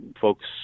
folks